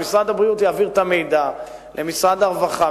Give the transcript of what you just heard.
שמשרד הבריאות יעביר את המידע למשרד הרווחה,